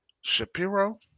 Shapiro